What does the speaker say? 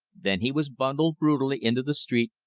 then he was bundled brutally into the street,